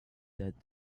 that